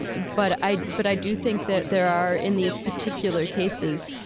and but i but i do think that there are in these particular cases,